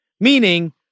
meaning